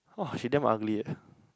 !wah! he damn ugly eh